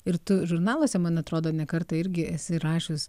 ir tu žurnaluose man atrodo ne kartą irgi esi rašius